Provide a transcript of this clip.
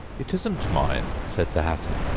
it isn't mine said the hatter.